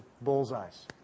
bullseyes